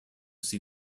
see